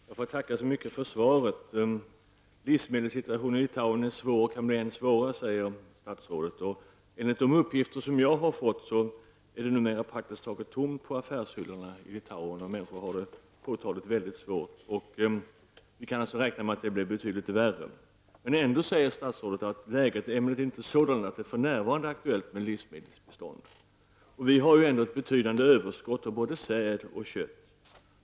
Herr talman! Jag ber att få tacka så mycket för svaret. Livsmedelssituationen i Litauen är svår och kan bli ännu svårare, säger statsrådet. Enligt de uppgifter som jag har fått är det numera praktiskt taget tomt på affärshyllorna i Litauen, och människor har det över huvud taget väldigt svårt. Vi kan alltså räkna med att det blir betydligt värre. Ändå säger statsrådet att läget emellertid inte är sådant att det för närvarande är aktuellt med livsmedelsbistånd. Vi har ett betydande överskott av både säd och kött.